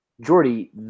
jordy